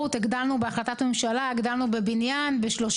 באמת מקלים את הדרך הסטטוטורית באופן מאוד ניכר,